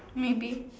maybe